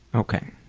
ok.